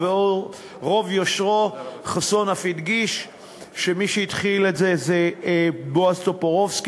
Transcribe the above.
וברוב יושרו חסון אף הדגיש שמי שהתחיל את זה הוא בועז טופורובסקי.